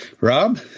Rob